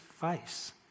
face